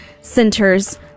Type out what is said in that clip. centers